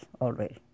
already